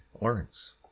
Lawrence